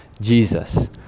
Jesus